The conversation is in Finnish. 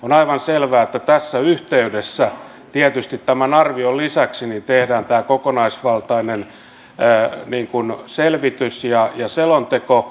on aivan selvää että tässä yhteydessä tietysti tämän arvion lisäksi tehdään tämä kokonaisvaltainen selvitys ja selonteko